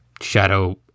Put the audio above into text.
shadow